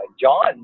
John